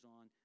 on